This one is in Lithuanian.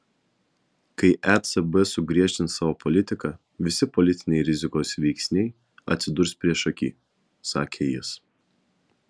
kai ecb sugriežtins savo politiką visi politiniai rizikos veiksniai atsidurs priešaky sakė jis